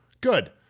Good